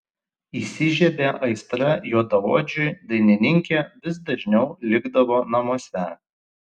įsižiebė aistra juodaodžiui dainininkė vis dažniau likdavo namuose